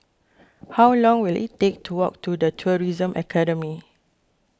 how long will it take to walk to the Tourism Academy